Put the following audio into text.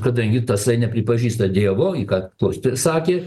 kadangi tasai nepripažįsta dievo i ką klausytojas sakė